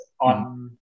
on